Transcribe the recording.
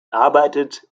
arbeitet